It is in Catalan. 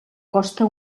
costa